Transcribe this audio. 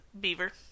Beaver